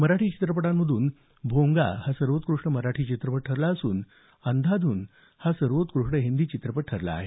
मराठी चित्रपटांमधून भोंगा हा सर्वोत्कृष्ट मराठी चित्रपट ठरला असून तर अंधाधुन हा सर्वोत्कृष्ट हिंदी चित्रपट ठरला आहे